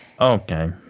Okay